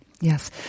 Yes